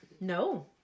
no